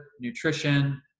nutrition